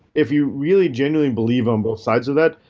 if you really generally believe on both sides of that,